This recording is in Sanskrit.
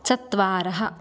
चत्वारः